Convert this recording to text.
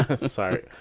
Sorry